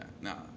no